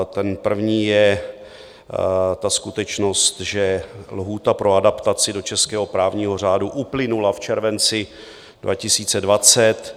Ten první je ta skutečnost, že lhůta pro adaptaci do českého právního řádu uplynula v červenci 2020.